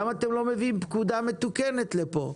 למה אתם לא מביאים פקודה מתוקנת לפה?